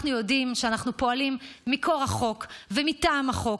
אנחנו יודעים שאנחנו פועלים מכורח חוק ומטעם החוק,